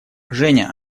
женя